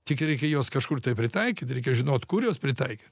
tik reikia juos kažkur tai pritaikyt reikia žinot kur juos pritaikyt